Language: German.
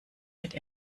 mit